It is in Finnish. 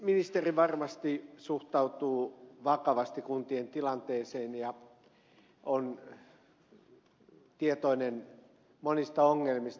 ministeri varmasti suhtautuu vakavasti kuntien tilanteeseen ja on tietoinen monista ongelmista